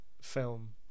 film